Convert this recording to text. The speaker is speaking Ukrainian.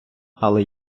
але